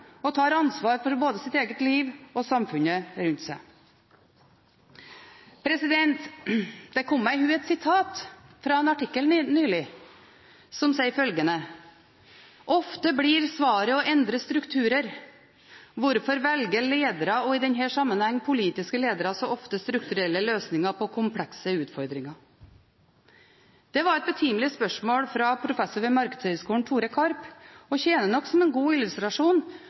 og tar ansvar for både sitt eget liv og samfunnet rundt seg. Det rant meg i hu et sitat fra en artikkel nylig, som sier følgende: ofte blir svaret å endre strukturer. Hvorfor velger ledere, og i denne sammenheng politiske ledere, så ofte strukturelle løsninger på komplekse utfordringer?» Det var et betimelig spørsmål fra professor ved Markedshøyskolen, Tom Karp, og det tjener nok som en god illustrasjon